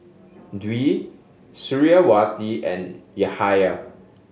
Dwi Suriawati and Yahaya